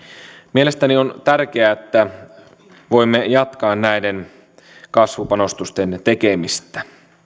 mielestäni on tärkeää että voimme jatkaa näiden kasvupanostusten tekemistä